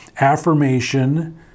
affirmation